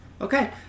Okay